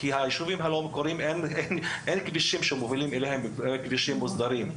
כי אין כבישים מוסדרים שמובילים אל הישובים הלא מוסדרים.